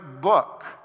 book